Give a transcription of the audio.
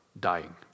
dying